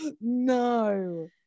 no